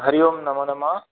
हरि ओं नमो नमः